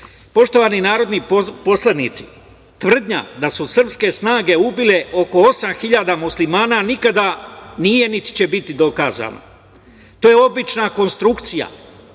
puštene. Poštovani narodni poslanici, tvrdnja da su srpske snage ubile oko osam hiljada muslimana nikada nije niti će biti dokazana. To je obična konstrukcija